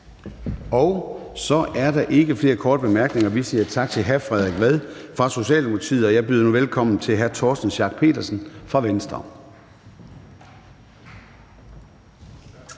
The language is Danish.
Så er der ikke flere korte bemærkninger. Vi siger tak til hr. Frederik Vad fra Socialdemokratiet, og jeg byder nu velkommen til hr. Torsten Schack Pedersen fra Venstre.